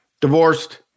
Divorced